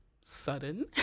sudden